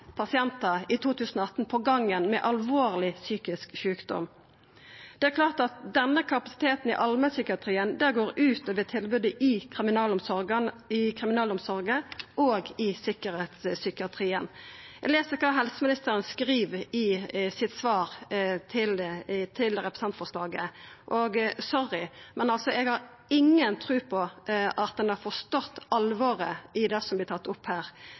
pasientar med alvorleg psykisk sjukdom på gangen. Det er klart at denne kapasiteten i allmennpsykiatrien går ut over tilbodet i kriminalomsorga og i sikkerheitspsykiatrien. Eg har lese kva helseministeren skriv i svaret sitt til representantforslaget. Sorry, men eg har inga tru på at han har forstått alvoret i det som vert tatt opp her.